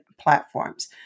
platforms